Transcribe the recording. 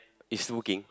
it's working